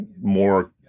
more